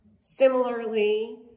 Similarly